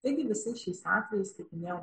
taigi visais šiais atvejais kaip minėjau